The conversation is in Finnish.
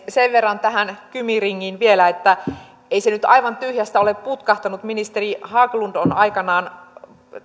sen verran tähän kymi ringiin vielä että ei se nyt aivan tyhjästä ole putkahtanut ministeri haglund on aikanaan